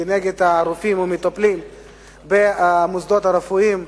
כנגד רופאים ומטפלים במוסדות הרפואיים.